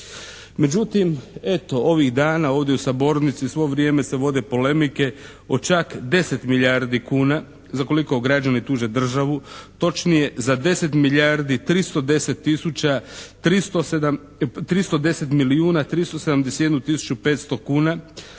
Međutim, eto ovih dana ovdje u sabornici svo vrijeme se vode polemike o čak 10 milijardi kuna za koliko građani tuže državu, točnije za 10 milijardi 310 tisuća, 310 milijuna 371 tisuću 500 kuna.